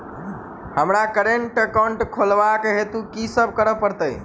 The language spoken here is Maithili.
हमरा करेन्ट एकाउंट खोलेवाक हेतु की सब करऽ पड़त?